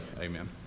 amen